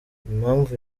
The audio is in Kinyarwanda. impamvu